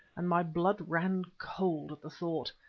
and my blood ran cold at the thought.